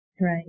Right